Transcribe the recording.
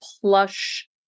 plush